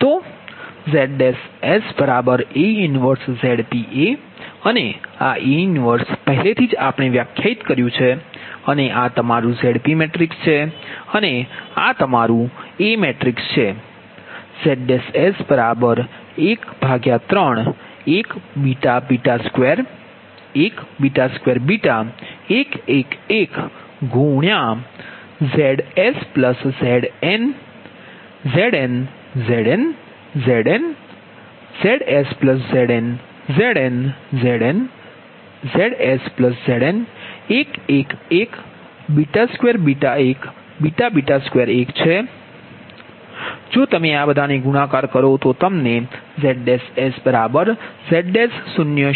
તો ZsA 1ZpA અને આ A 1 પહેલેથી જ આપણે વ્યાખ્યાયિત કર્યું છે અને આ તમારું Zp મેટ્રિક્સ છે અને આ તમારું A મેટ્રિક્સ છેZs131 2 1 2 1 1 1 ZsZn Zn Zn Zn ZsZn Zn Zn Zn ZsZn 1 1 1 2 1 2 1 જો તમે આ બધાને ગુણાકાર કરો છો તો તમને ZsZs 0 0 0 Zs 0